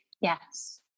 Yes